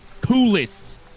Coolest